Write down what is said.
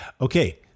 Okay